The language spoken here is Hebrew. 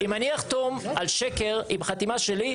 אם אני אחתום על שקר עם חתימה שלי,